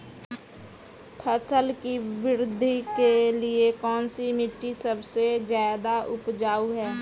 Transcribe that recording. फसल की वृद्धि के लिए कौनसी मिट्टी सबसे ज्यादा उपजाऊ है?